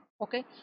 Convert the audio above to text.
okay